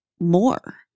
more